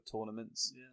tournaments